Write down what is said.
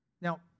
Now